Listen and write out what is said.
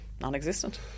non-existent